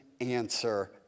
answer